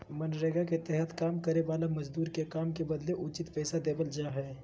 मनरेगा के तहत काम करे वाला मजदूर के काम के बदले उचित पैसा देवल जा हय